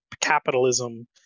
capitalism –